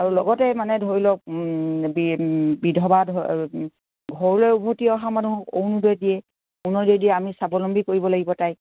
আৰু লগতে মানে ধৰি লওক বিধৱা ঘৰলৈ উভতি অহা মানুহ অৰুণোদয় দিয়ে অৰুণোদয় দি আমি স্বাৱলম্বী কৰিব লাগিব তাইক